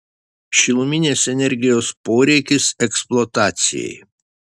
šiluminės energijos poreikis eksploatacijai